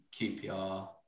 QPR